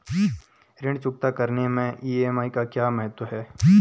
ऋण चुकता करने मैं ई.एम.आई का क्या महत्व है?